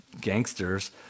gangsters